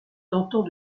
tentant